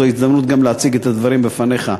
וזו הזדמנות גם להציג את הדברים בפניך,